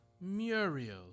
Muriel